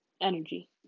energy